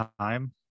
time